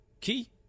Key